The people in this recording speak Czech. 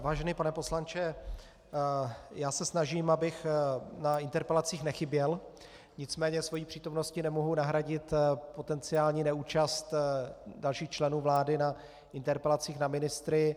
Vážený pane poslanče, já se snažím, abych na interpelacích nechyběl, nicméně svou přítomností nemohu nahradit potenciální neúčast dalších členů vlády na interpelacích na ministry.